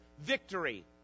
victory